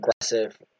aggressive